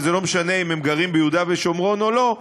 וזה לא משנה אם הם גרים ביהודה ושומרון או לא,